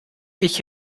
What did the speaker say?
ich